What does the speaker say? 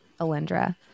Alindra